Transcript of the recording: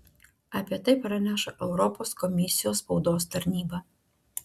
apie tai praneša europos komisijos spaudos tarnyba